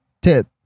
tip